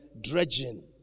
dredging